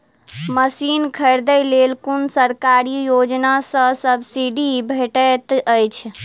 Machine खरीदे लेल कुन सरकारी योजना सऽ सब्सिडी भेटैत अछि?